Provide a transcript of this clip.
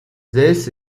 this